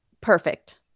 perfect